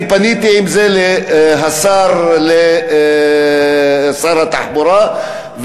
אני פניתי על זה לשר התחבורה,